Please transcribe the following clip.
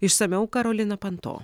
išsamiau karolina panto